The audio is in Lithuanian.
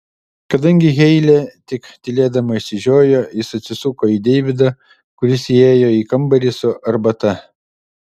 kadangi heilė tik tylėdama išsižiojo jis atsisuko į deividą kuris įėjo į kambarį su arbata